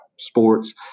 Sports